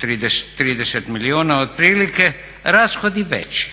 130 milijuna otprilike rashodi veći.